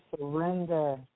surrender